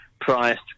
priced